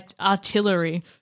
artillery